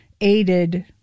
aided